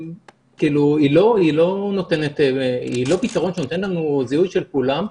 כאילו, היא לא פתרון שנותן לנו זיהוי של כולם.